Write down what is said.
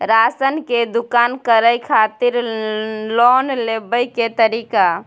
Ration के दुकान करै खातिर लोन लेबै के तरीका?